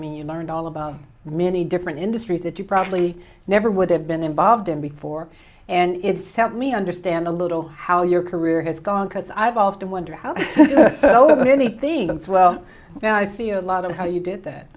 mean you learned all about many different industries that you probably never would have been involved in before and it's help me understand a little how your career has gone because i've often wondered how anything goes well now i see a lot of how you did that